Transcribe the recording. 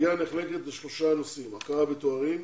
הסוגיה נחלקת לשלושה נושאים: הכרה בתארים,